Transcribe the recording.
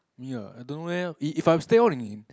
ya I don't know leh if if I will stay on in